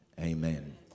Amen